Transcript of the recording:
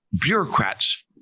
Bureaucrats